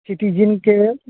citizen के